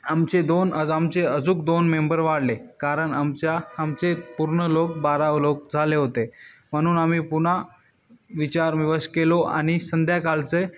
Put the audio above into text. आमचे दोन अज आमचे अजून दोन मेंबर वाढले कारण आमच्या आमचे पूर्ण लोक बारा लोक झाले होते म्हणून आम्ही पुन्हा विचारविवश केला आणि संध्याकाळचे